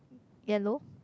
yellow